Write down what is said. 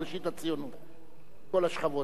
בכל השכבות,